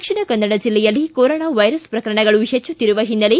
ದಕ್ಷಿಣ ಕನ್ನಡ ಜಿಲ್ಲೆಯಲ್ಲಿ corona virus ಪ್ರಕರಣಗಳು ಹೆಚ್ಚುತ್ತಿರುವ ಹಿನ್ನೆಲೆ